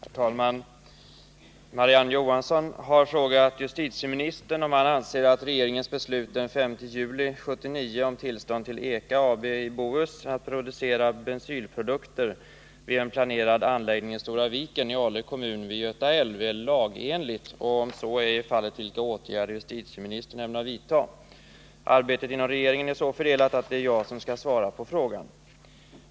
Herr talman! Marie-Ann Johansson har frågat justitieministern om han anser att regeringens beslut den 5 juli 1979 om tillstånd till EKA AB i Bohus att producera bensylprodukter vid en planerad anläggning i Stora Viken i Ale kommun vid Göta älv är lagerligt och, om så ej är fallet, vilka åtgärder justitieministern ämnar vidtaga. Arbetet inom regeringen är så fördelat att det är jag som skall svara på frågan.